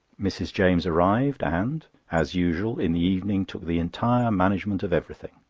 mrs. james arrived and, as usual, in the evening took the entire management of everything.